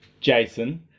Jason